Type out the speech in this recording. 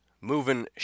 moving